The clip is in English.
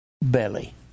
belly